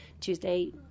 Tuesday